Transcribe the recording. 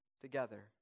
together